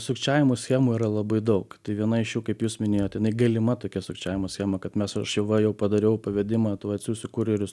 sukčiavimo schemų yra labai daug viena iš jų kaip jūs minėjot jinai galima tokia sukčiavimo schema kad mes aš jau va jau padariau pavedimą tuoj atsiųsiu kurjerius